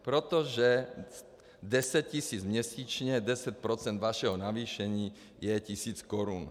Protože deset tisíc měsíčně, 10 % vašeho navýšení je tisíc korun.